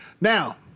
Now